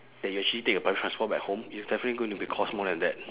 than you actually take a public transport back home it's definitely going to be cost more than that